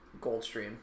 Goldstream